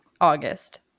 August